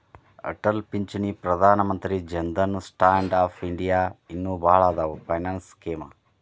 ಅಟಲ್ ಪಿಂಚಣಿ Pradhan Mantri Jan Dhan stand up India ಇನ್ನು ಭಾಳ್ ಅದಾವ್ ಫೈನಾನ್ಸ್ ಸ್ಕೇಮ್